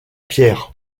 pierre